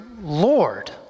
Lord